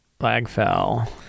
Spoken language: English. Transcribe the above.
Lagfell